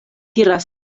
tiras